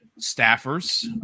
staffers